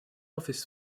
office